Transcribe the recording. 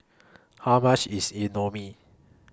How much IS